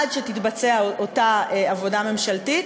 עד שתתבצע אותה עבודה ממשלתית,